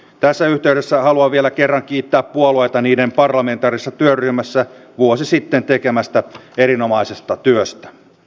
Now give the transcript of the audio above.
tässä yhteydessä haluan vielä kerran kiittää puolueita niiden parlamentaarisessa työryhmässä vuosi sitten tekemästä erinomaisesta työstä